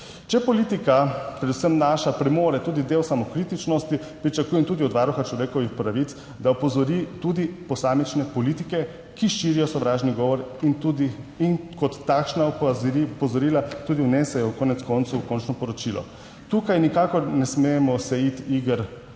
Če politika, predvsem naša, premore tudi del samokritičnosti, pričakujem tudi od Varuha človekovih pravic, da opozori tudi posamične politike, ki širijo sovražni govor, in tudi in kot takšna opozorila tudi vnese konec koncev v končno poročilo. Tukaj se nikakor ne smemo iti